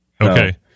Okay